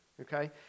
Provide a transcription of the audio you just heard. Okay